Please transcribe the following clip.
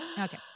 Okay